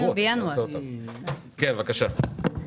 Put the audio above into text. כן, בקשה.